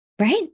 right